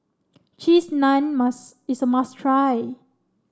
Cheese Naan mas is a must try